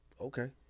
Okay